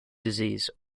disease